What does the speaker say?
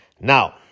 Now